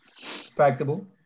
Respectable